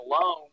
alone